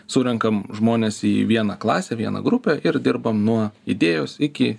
surenkam žmones į vieną klasę vieną grupę ir dirbam nuo idėjos iki